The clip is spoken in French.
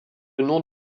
nom